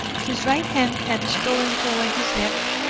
his right hand had stolen toward his left,